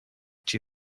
cię